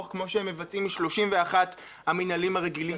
כמו שהם מבצעים מ-31 המינהלים הרגילים